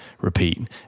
repeat